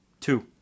Two